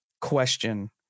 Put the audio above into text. question